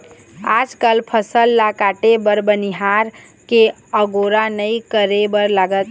आजकाल फसल ल काटे बर बनिहार के अगोरा नइ करे बर लागत हे